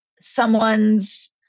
someone's